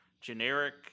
generic